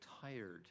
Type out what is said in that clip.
tired